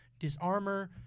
Disarmor